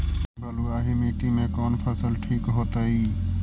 बलुआही मिट्टी में कौन फसल ठिक होतइ?